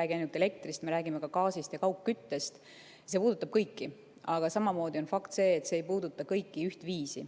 räägi ainult elektrist, me räägime ka gaasist ja kaugküttest – puudutab kõiki. Aga samamoodi on fakt see, et see ei puuduta kõiki ühtviisi.